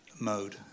mode